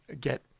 get